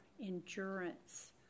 endurance